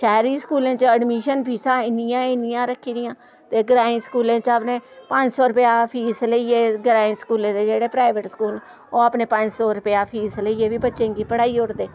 शैह्री स्कूलें च अडमिशन फीसां इन्नियां इन्नियां रक्खी दियां ते ग्राईं स्कूलें च अपने पंज सौ रपेआ फीस लेइयै ग्राईं स्कूलें दे जेह्ड़े प्राइवेट स्कूल न ओह् अपने पंज सौ रपेआ फीस लेइयै बी बच्चें गी पढ़ाई ओड़दे